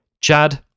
Chad